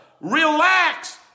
relax